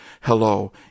hello